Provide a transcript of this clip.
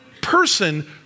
person